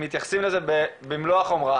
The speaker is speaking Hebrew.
מתייחסים לזה במלוא החומרה.